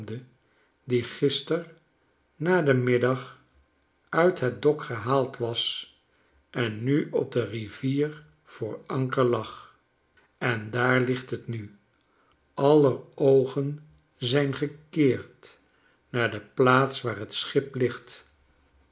die gister na den middag uit het dok gehaald was en nu op de rivier voor anker lag en daar ligt het nu aller oogen zijn gekeerd naar de plaats waar het schip ligt